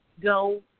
go